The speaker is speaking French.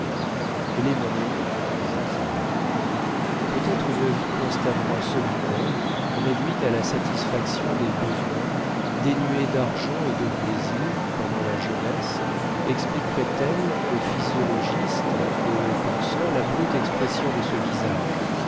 elle est mon aînée disait-il peut-être une vie constamment solitaire réduite à la satisfaction des besoins dénuée d'argent et de plaisirs pendant la jeunesse expliquerait elle aux physiologistes et aux penseurs la brute expression de ce visage